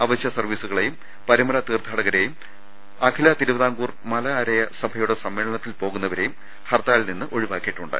അവൾ്യ സർവീസുകളെയും പരുമല തീർത്ഥാടകരെയും അഖില തിരുവിതാംകൂർ മലയരയ സഭയുടെ സമ്മേളനത്തിൽ പോകുന്നവരെയും ഹർത്താലിൽ നിന്നും ഒഴിവാക്കിയിട്ടുണ്ട്